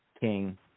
King